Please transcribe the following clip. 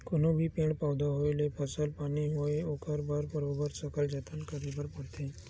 कोनो भी पेड़ पउधा होवय ते फसल पानी होवय ओखर बर बरोबर सकल जतन करे बर परथे